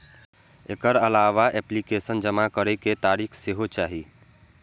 एकर अलावा एप्लीकेशन जमा करै के तारीख सेहो चाही